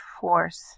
force